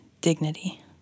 dignity